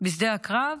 בשדה הקרב